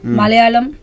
Malayalam